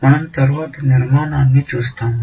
మనం తరువాత నిర్మాణాన్ని చూస్తాము